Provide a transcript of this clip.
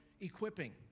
equipping